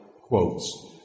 quotes